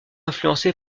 influencé